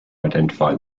identify